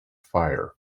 fire